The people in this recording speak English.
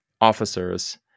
officers